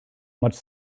much